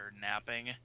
napping